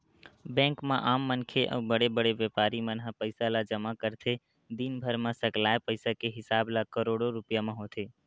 bank म आम मनखे अउ बड़े बड़े बेपारी मन ह पइसा ल जमा करथे, दिनभर म सकलाय पइसा के हिसाब ह करोड़ो रूपिया म होथे